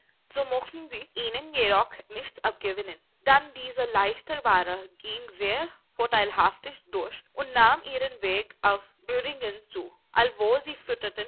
so mochten sie ihnen jedoch nichts abgewinnen dann diese leichte ware gieng sehr vorteilhaftig durch und nahm ihren weg auf büdingen zu allwo sie